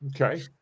Okay